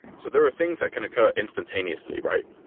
so there are things that can occur instantaneously, right?